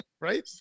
Right